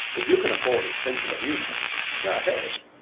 if you can afford expensive amusements, go ahead.